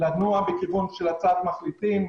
לנוע בכיוון של הצעת מחליטים.